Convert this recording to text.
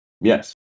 yes